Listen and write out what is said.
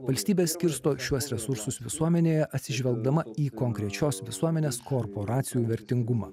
valstybė skirsto šiuos resursus visuomenėje atsižvelgdama į konkrečios visuomenės korporacijų vertingumą